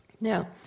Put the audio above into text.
Now